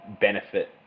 benefit